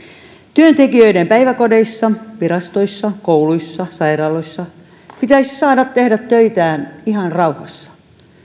työntekijöiden päiväkodeissa virastoissa kouluissa ja sairaaloissa pitäisi saada tehdä töitään ihan rauhassa